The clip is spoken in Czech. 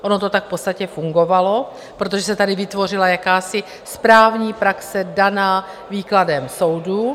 Ono to tak v podstatě fungovalo, protože se tady vytvořila jakási správní praxe daná výkladem soudů.